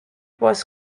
was